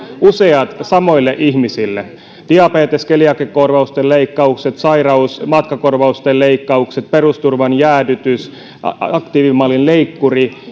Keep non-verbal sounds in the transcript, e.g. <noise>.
useat kohdistuvat samoille ihmisille diabetes ja keliakiakorvausten leikkaukset sairaus ja matkakorvausten leikkaukset perusturvan jäädytys ja aktiivimallin leikkuri <unintelligible>